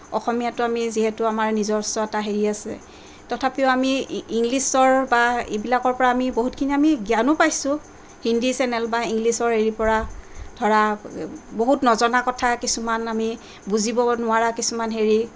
অসমীয়াটো আমি যিহেতু আমাৰ নিজস্ব এটা হেৰি আছে তথাপিও আমি ইংলিছৰ বা ইবিলাকৰ পৰা আমি বহুতখিনি আমি জ্ঞানো পাইছোঁ হিন্দী চেনেল বা ইংলিছৰ হেৰিৰ পৰা ধৰা বহুত নজনা কথা কিছুমান আমি বুজিব নোৱাৰাকে কিছুমান হেৰি